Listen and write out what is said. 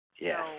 Yes